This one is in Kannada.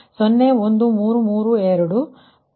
ಇದು ಎರಡನೇ ಪುನರಾವರ್ತನೆಯ ನಂತರ ನಾವು ಪಡೆದ ಫಲಿತಾಂಶವಾಗಿದೆ